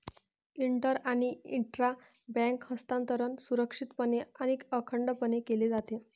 inter आणि intra bank हस्तांतरण सुरक्षितपणे आणि अखंडपणे केले जाते